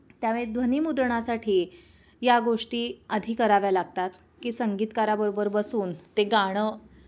त्यावेळी ध्वनीमुद्रणासाठी या गोष्टी आधी कराव्या लागतात की संगीतकाराबरोबर बसून ते गाणं